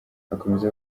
akomeza